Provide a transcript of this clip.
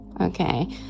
okay